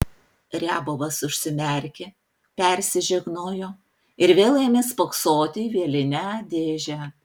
riabovas užsimerkė persižegnojo ir vėl ėmė spoksoti į vielinę dėžę